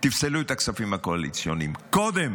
תפסלו את הכספים הקואליציוניים, קודם